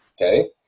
Okay